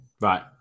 Right